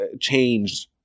changed